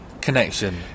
connection